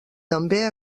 també